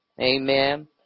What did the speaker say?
Amen